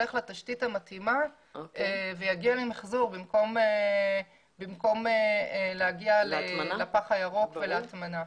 ילך לתשתית המתאימה ויגיע למחזור במקום להגיע לפח הירוק ולהטמנה.